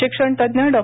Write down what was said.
शिक्षणतज्ज्ञ डॉ